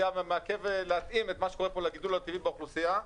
מעכב להתאים את מה שקורה פה לגידול הטבעי באוכלוסייה,